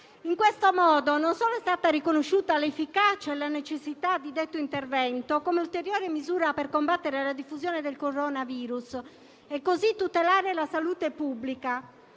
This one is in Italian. In questo modo non solo è stata riconosciuta l'efficacia e la necessità di detto intervento come ulteriore misura per combattere la diffusione del coronavirus e così tutelare la salute pubblica,